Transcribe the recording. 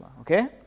Okay